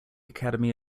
academy